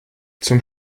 zum